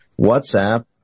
WhatsApp